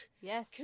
Yes